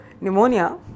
pneumonia